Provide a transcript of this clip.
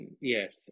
Yes